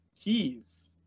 keys